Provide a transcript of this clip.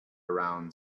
around